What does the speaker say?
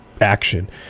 action